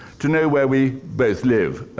to know where we both live.